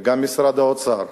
גם משרד האוצר,